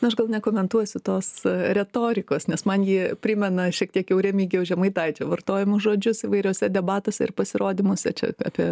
na aš gal nekomentuosiu tos retorikos nes man ji primena šiek tiek jau remigijaus žemaitaičio vartojamus žodžius įvairiuose debatuose ir pasirodymuose čia apie